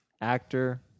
actor